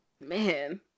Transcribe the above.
Man